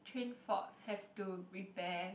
train fault have to repair